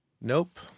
Nope